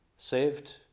Saved